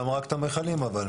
למה רק את המכלים אבל?